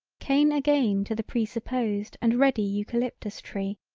cane again to the presupposed and ready eucalyptus tree,